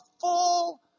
full